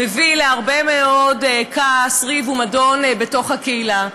מביא להרבה מאוד כעס, ריב ומדון בתוך הקהילה.